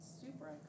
super